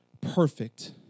perfect